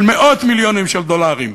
של מאות מיליונים של דולרים,